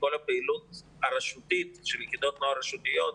כל הפעילות הרשותית של יחידות נוער רשותיות,